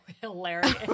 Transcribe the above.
hilarious